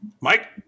Mike